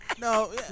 No